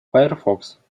firefox